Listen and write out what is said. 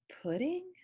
pudding